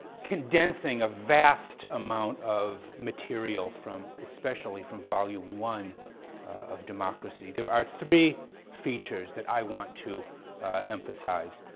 condensing a vast amount of material from especially from volume one of democracy, there are three features that i want to emphasize